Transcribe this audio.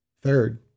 Third